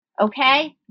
Okay